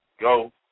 Go